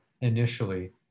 initially